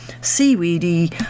seaweedy